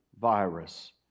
virus